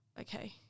okay